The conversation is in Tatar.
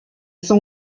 соң